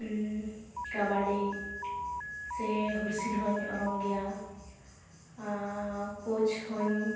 ᱠᱟᱵᱟᱰᱤ ᱥᱮ ᱦᱩᱞᱥᱮᱞ ᱦᱚᱸᱧ ᱚᱨᱚᱝ ᱜᱮᱭᱟ ᱟᱨ ᱠᱳᱪ ᱦᱚᱸᱧ